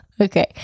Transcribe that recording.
Okay